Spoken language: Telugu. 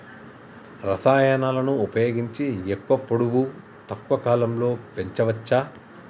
రసాయనాలను ఉపయోగించి ఎక్కువ పొడవు తక్కువ కాలంలో పెంచవచ్చా?